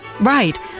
Right